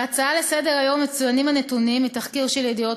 בהצעה לסדר-היום מצוינים הנתונים מתחקיר של "ידיעות